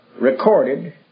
recorded